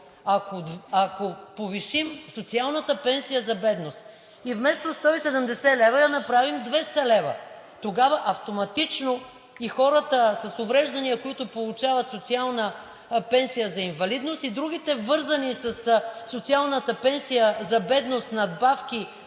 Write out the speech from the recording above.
ако повишим социалната пенсия за бедност и вместо 170 лв. я направим 200 лв., тогава автоматично за хората с увреждания, които получават социална пенсия за инвалидност, и за другите, вързани със социалната пенсия за бедност надбавки,